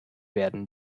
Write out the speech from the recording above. werden